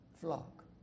flock